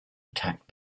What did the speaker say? attacked